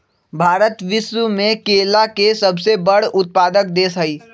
भारत विश्व में केला के सबसे बड़ उत्पादक देश हई